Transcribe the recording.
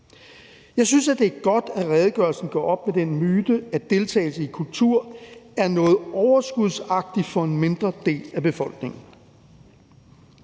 Jeg synes, at det er godt, at redegørelsen gør op med den myte, at deltagelse i kultur er noget overskudsagtigt for en mindre del af befolkningen.